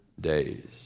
days